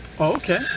Okay